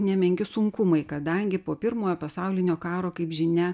nemenki sunkumai kadangi po pirmojo pasaulinio karo kaip žinia